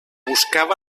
buscava